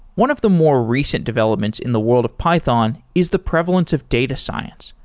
one of the more recent developments in the world of python is the prevalence of data science,